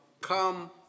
come